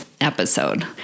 episode